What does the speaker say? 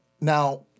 now